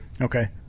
Okay